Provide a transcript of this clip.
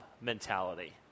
mentality